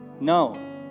No